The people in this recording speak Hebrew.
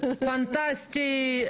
פנטסטי,